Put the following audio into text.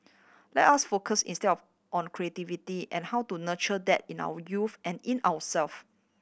let us focus instead on creativity and how to nurture that in our youth and in ourselves